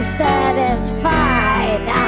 satisfied